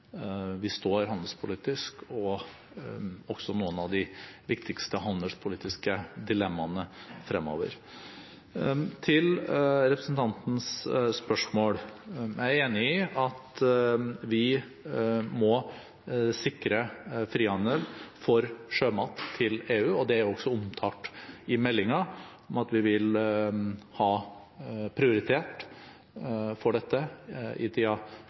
vi står handelspolitisk, og også av noen av de viktigste handelspolitiske dilemmaene fremover. Til representantens spørsmål: Jeg er enig i at vi må sikre frihandel for sjømat til EU. Det er også omtalt i meldingen at vi vil prioritere dette i